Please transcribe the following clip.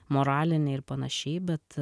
moraline ir panašiai bet